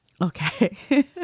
okay